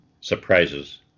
surprises